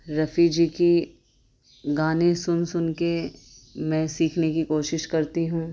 رفیع جی کی گانے سن سن کے میں سیکھنے کی کوشش کرتی ہوں